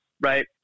right